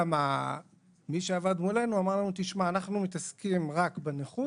גם מי שעבד מולנו אמר לנו: "אנחנו מתעסקים רק בנכות